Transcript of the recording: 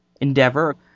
endeavor